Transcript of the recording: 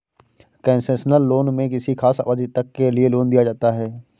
concessional loan में किसी खास अवधि तक के लिए लोन दिया जाता है